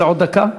אתה רוצה עוד דקה?